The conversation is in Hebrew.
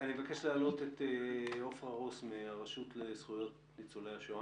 אני מבקש להעלות את עפרה רוס מן הרשות לזכויות ניצולי השואה.